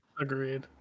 agreed